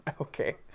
Okay